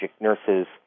nurses